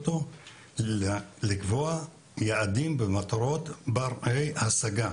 לקבוע יעדים ומטרות ברי השגה.